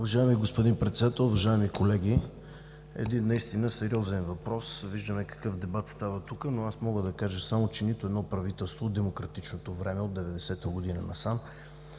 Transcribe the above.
Уважаеми господин Председател, уважаеми колеги! Един сериозен въпрос – виждаме какъв дебат става тук. Мога да кажа само, че нито едно правителство в демократичното време – от 1990 г. насам,